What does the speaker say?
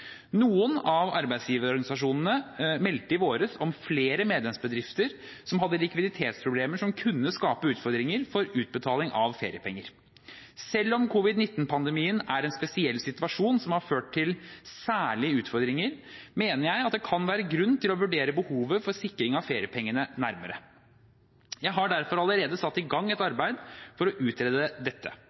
Noen av arbeidsgiverorganisasjonene meldte i våres om flere medlemsbedrifter som hadde likviditetsproblemer som kunne skape utfordringer for utbetaling av feriepenger. Selv om covid-19-pandemien er en spesiell situasjon som har ført til særlige utfordringer, mener jeg at det kan være grunn til å vurdere behovet for sikring av feriepengene nærmere. Jeg har derfor allerede satt i gang et arbeid for å utrede dette.